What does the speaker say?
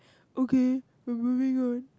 okay we are moving on